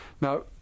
now